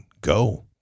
Go